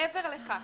מעבר לכך,